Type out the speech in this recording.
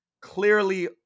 clearly